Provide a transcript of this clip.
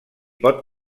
pot